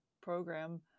program